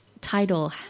title